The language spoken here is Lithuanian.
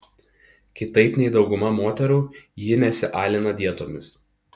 kitaip nei dauguma moterų ji nesialina dietomis